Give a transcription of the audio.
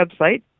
website